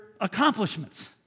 accomplishments